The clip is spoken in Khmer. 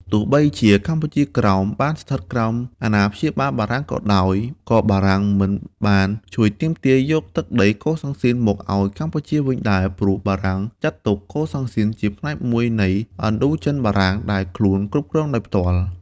ទោះបីជាកម្ពុជាបានស្ថិតក្រោមអាណាព្យាបាលបារាំងក៏ដោយ ក៏បារាំងមិនបានជួយទាមទារយកទឹកដីកូសាំងស៊ីនមកឱ្យកម្ពុជាវិញដែរ ព្រោះបារាំងចាត់ទុកកូសាំងស៊ីនជាផ្នែកមួយនៃ ឥណ្ឌូចិនបារាំង ដែលខ្លួនគ្រប់គ្រងដោយផ្ទាល់។